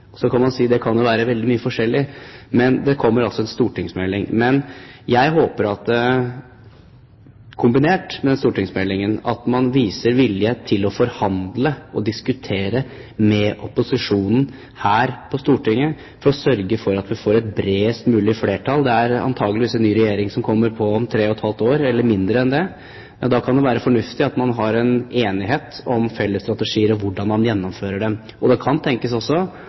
Så er det spørsmål om statsråden er villig til å ta initiativ til et tverrpolitisk forlik. Man kan si at det kan være veldig mye forskjellig. Det kommer altså en stortingsmelding. Jeg håper at kombinert med den stortingsmeldingen viser man vilje til å forhandle og diskutere med opposisjonen her på Stortinget, slik at man sørger for at vi får et bredest mulig flertall. Det er antageligvis en ny regjering som kommer på om tre og et halvt år, eller mindre enn det. Da kan det være fornuftig at man er enige om felles strategier, og hvordan man gjennomfører dem. Det kan også tenkes